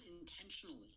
intentionally